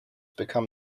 become